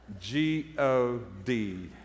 G-O-D